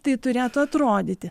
tai turėtų atrodyti